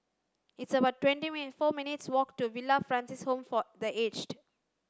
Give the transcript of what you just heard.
it's about twenty minute four minutes' walk to Villa Francis Home for the Aged